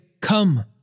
Come